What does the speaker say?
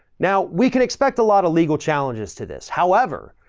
now we can expect a lot of legal challenges to this. however,